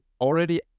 already